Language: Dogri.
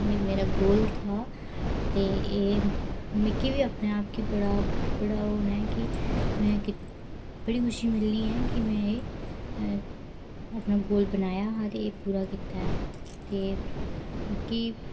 मेरा गोल था ते एह मिकी बी अपने आप गी बड़ा ओह् होना ऐ कि में बडी खुशी मिलनी ऐ कि में एह अपना गोल बनाया हा ते पूरा कीता ऐ तां कि